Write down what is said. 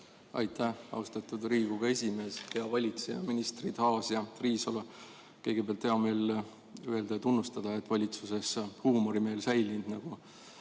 Aitäh, austatud Riigikogu esimees! Hea valitseja, ministrid Aas ja Riisalo! Kõigepealt, on hea meel öelda ja tunnustada, et valitsuses on huumorimeel säilinud,